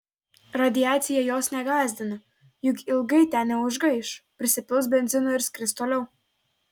radiacija jos negąsdina juk ilgai ten neužgaiš prisipils benzino ir skris toliau